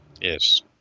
Yes